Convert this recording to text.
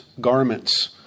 garments